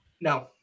no